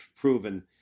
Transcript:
proven